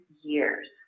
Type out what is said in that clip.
years